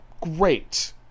great